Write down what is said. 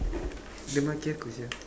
dia maki aku sia